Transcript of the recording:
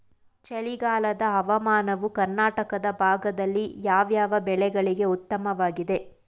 ಚಳಿಗಾಲದ ಹವಾಮಾನವು ಕರ್ನಾಟಕದ ಭಾಗದಲ್ಲಿ ಯಾವ್ಯಾವ ಬೆಳೆಗಳಿಗೆ ಉತ್ತಮವಾಗಿದೆ?